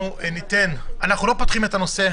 אנחנו לא פותחים את הנושא,